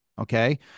Okay